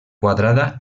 quadrada